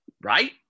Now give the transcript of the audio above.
right